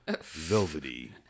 velvety